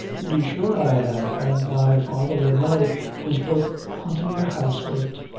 to be sure i have, an' my father an' nelly is both huntin' the house for it.